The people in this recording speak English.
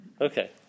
Okay